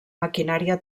maquinària